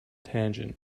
tangent